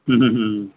ਹੂੰ ਹੂੰ ਹੂੰ